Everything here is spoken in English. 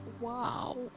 Wow